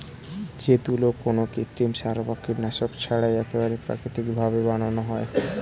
যে তুলো কোনো কৃত্রিম সার বা কীটনাশক ছাড়াই একেবারে প্রাকৃতিক ভাবে বানানো হয়